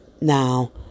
Now